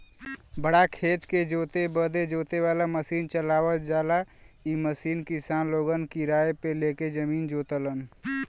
बड़ा खेत के जोते बदे जोते वाला मसीन चलावल जाला इ मसीन किसान लोगन किराए पे ले के जमीन जोतलन